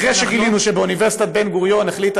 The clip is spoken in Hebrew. אחרי שגילינו שבאוניברסיטת בן גוריון החליטה